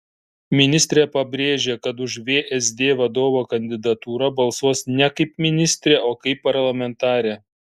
ministrė pabrėžė kad už vsd vadovo kandidatūrą balsuos ne kaip ministrė o kaip parlamentarė